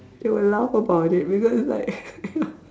they will laugh about it because like